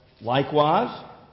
likewise